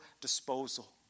disposal